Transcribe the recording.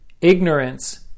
Ignorance